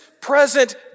present